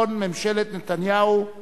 (תיקון, סמכויות בית-המשפט הגבוה לצדק),